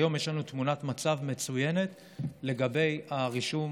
והיום יש לנו תמונת מצב מצוינת לגבי הרישום